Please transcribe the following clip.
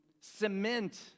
cement